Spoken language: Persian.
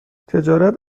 تجارت